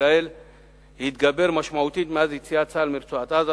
לישראל התגבר משמעותית מאז יציאת צה"ל מרצועת-עזה,